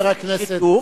חבר הכנסת גנאים,